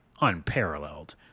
unparalleled